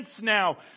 now